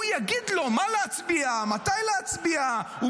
הוא יגיד לו מה להצביע, מתי להצביע, הוא